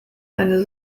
eine